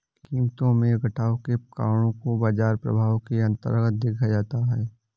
कीमतों में घटाव के कारणों को बाजार प्रभाव के अन्तर्गत देखा जाता है